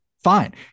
Fine